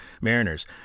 mariners